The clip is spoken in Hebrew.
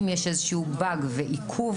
אם יש איזשהו באג ועיכוב,